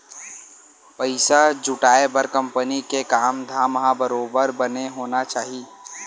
पइसा जुटाय बर कंपनी के काम धाम ह बरोबर बने होना चाही